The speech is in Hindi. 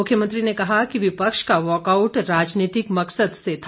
मुख्यमंत्री ने कहा कि विपक्ष का वाकआउट राजनीतिक मकसद से था